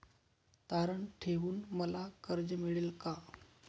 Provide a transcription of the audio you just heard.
तारण ठेवून मला कर्ज मिळेल का?